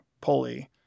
pulley